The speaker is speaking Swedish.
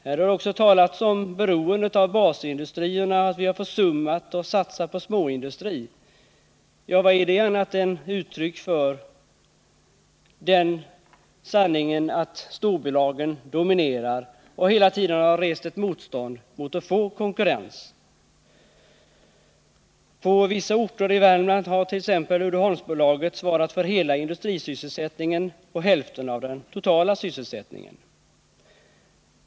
Här har också talats om beroendet av basindustrierna och om att vi försummat att satsa på småindustri. Vad är det annat än uttryck för den sanningen att storbolagen dominerar och hela tiden har rest ett motstånd mot att få konkurrens? På vissa orter i Värmland har t.ex. Uddeholmsbolaget svarat för hela industrisysselsättningen och hälften av den totala sysselsättningen.